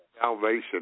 salvation